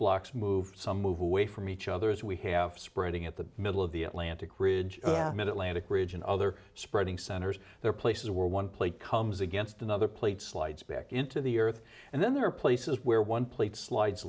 blocks move some move away from each other as we have spreading at the middle of the atlantic ridge mid atlantic ridge and other spreading centers there are places where one plate comes against another plate slides back into the earth and then there are places where one plate slides